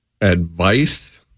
Advice